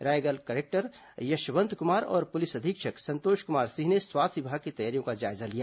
Raigarh collector Yashwant Kumar और police अधीक्षक संतोष कुमार सिंह ने स्वास्थ्य विभाग की तैयारियों का जायजा लिया